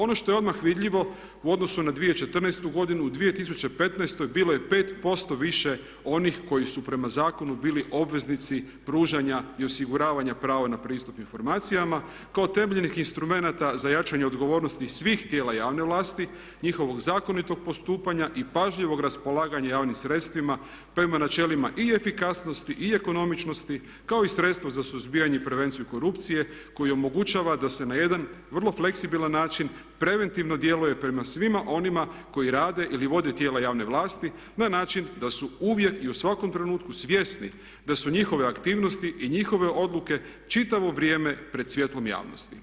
Ono što je odmah vidljivo u odnosu na 2014. godinu, u 2015. je bilo 5% više onih koji su prema zakonu bili obveznici pružanja i osiguravanja prava na pristup informacijama kao temeljnih instrumenata za jačanje odgovornosti svih tijela javne vlasti, njihovog zakonitog postupanja i pažljivog raspolaganja javnim sredstvima prema načelima i efikasnosti i ekonomičnosti kao i sredstvo za suzbijanje i prevenciju korupcije koji omogućava da se na jedan vrlo fleksibilan način preventivno djeluje prema svima onima koji rade ili vode tijela javne vlasti na način da su uvijek i u svakom trenutku svjesni da su njihove aktivnosti i njihove odluke čitavo vrijeme pred svjetlom javnosti.